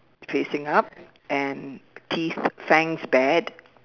facing up and teeth fangs bad